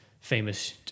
famous